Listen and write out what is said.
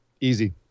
Easy